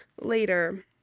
later